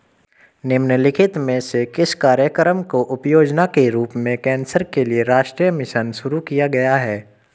निम्नलिखित में से किस कार्यक्रम को उपयोजना के रूप में कैंसर के लिए राष्ट्रीय मिशन शुरू किया गया है?